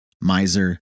Miser